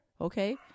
okay